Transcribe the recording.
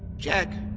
jack.